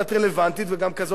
וגם כזאת שצופים בה.